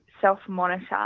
self-monitor